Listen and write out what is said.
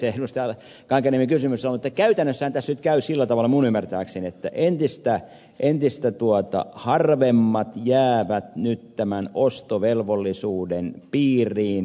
kankaanniemen kysymys oli niin käytännössähän tässä käy sillä tavalla minun ymmärtääkseni että entistä harvemmat jäävät nyt tämän ostovelvollisuuden piiriin